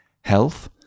health